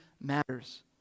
matters